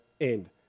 end